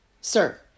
Sir